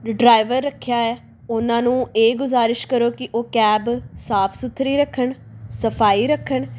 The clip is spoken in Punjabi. ਡਰਾਈਵਰ ਰੱਖਿਆ ਹੈ ਉਹਨਾਂ ਨੂੰ ਇਹ ਗੁਜ਼ਾਰਿਸ਼ ਕਰੋ ਕਿ ਉਹ ਕੈਬ ਸਾਫ ਸੁਥਰੀ ਰੱਖਣ ਸਫਾਈ ਰੱਖਣ